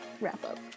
Wrap-Up